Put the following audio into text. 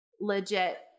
legit